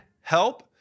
help